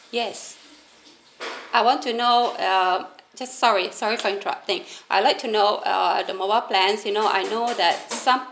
yes I want to know uh just sorry sorry for interrupting I like to know uh the mobile plans you know I know that some